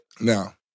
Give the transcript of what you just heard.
Now